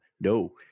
No